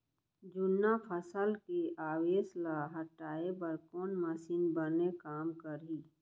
जुन्ना फसल के अवशेष ला हटाए बर कोन मशीन बने काम करही?